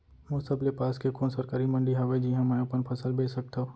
मोर सबले पास के कोन सरकारी मंडी हावे जिहां मैं अपन फसल बेच सकथव?